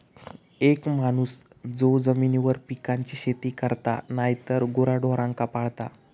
एक माणूस जो जमिनीवर पिकांची शेती करता नायतर गुराढोरांका पाळता